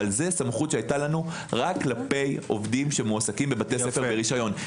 אבל זו סמכות שהיתה לנו רק כלפי עובדים שמועסקים בבתי ספר ברשיון.